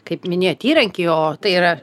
kaip minėjot įrankį o tai yra